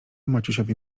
maciusiowi